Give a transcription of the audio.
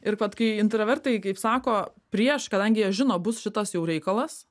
ir vat kai intravertai kaip sako prieš kadangi jie žino bus šitas jau reikalas